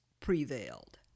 prevailed